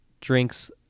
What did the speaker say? drinks